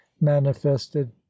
manifested